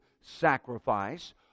sacrifice